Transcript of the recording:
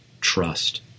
trust